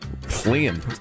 fleeing